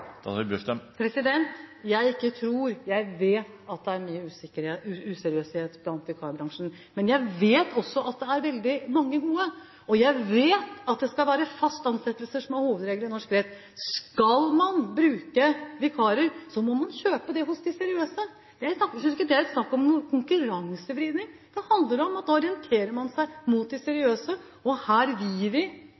Jeg «tror» ikke, jeg vet at det er mye useriøsitet i vikarbransjen. Men jeg vet også at det er veldig mange gode, og jeg vet at fast ansettelse skal være hovedregelen i norsk rett. Skal man bruke vikarer, må man kjøpe det hos de seriøse. Jeg synes ikke det er snakk om konkurransevridning. Det handler om at nå orienterer man seg mot de